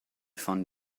von